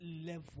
level